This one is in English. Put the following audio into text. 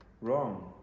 wrong